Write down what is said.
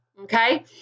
Okay